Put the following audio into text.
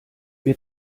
wir